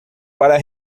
para